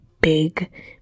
big